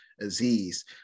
Aziz